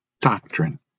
doctrine